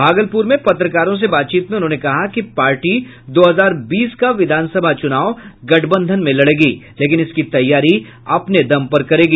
भागलपुर में पत्रकारों से बातचीत में उन्होंने कहा कि पार्टी दो हजार बीस का विधानसभा चुनाव गठबंधन में लड़ेगी लेकिन इसकी तैयारी अपने दम पर करेगी